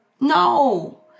No